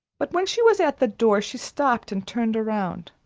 but when she was at the door, she stopped and turned around.